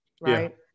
Right